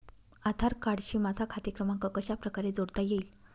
आधार कार्डशी माझा खाते क्रमांक कशाप्रकारे जोडता येईल?